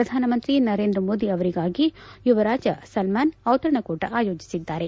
ಪ್ರಧಾನಮಂತ್ರಿ ನರೇಂದ್ರ ಮೋದಿ ಅವರಿಗಾಗಿ ಯುವರಾಜ ಸಲ್ಮಾನ್ ದಿತಣಕೂಟ ಅಯೋಜಿಸಿದ್ದಾರೆ